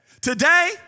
Today